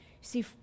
See